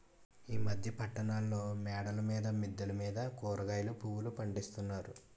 ఈ మధ్య పట్టణాల్లో మేడల మీద మిద్దెల మీద కూరగాయలు పువ్వులు పండిస్తున్నారు